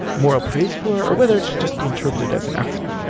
moral praise for, or whether it should just be interpreted as an accident.